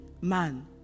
man